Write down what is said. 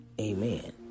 amen